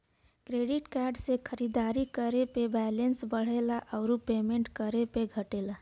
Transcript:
credit card से खरीदारी करे पे बैलेंस बढ़ला आउर पेमेंट करे पे घटला